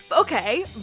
Okay